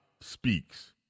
speaks